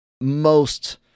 most-